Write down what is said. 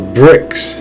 bricks